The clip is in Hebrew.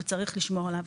וצריך לשמור עליו.